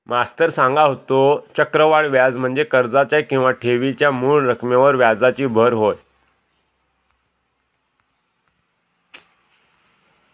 मास्तर सांगा होतो, चक्रवाढ व्याज म्हणजे कर्जाच्या किंवा ठेवीच्या मूळ रकमेवर व्याजाची भर होय